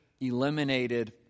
eliminated